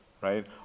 right